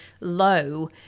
low